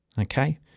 okay